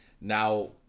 now